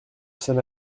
sonne